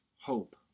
hope